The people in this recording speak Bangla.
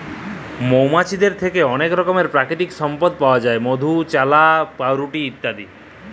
মমাছিদের থ্যাকে অলেক রকমের পাকিতিক সম্পদ পাউয়া যায় মধু, চাল্লাহ, পাউরুটি ইত্যাদি